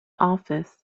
office